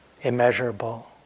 immeasurable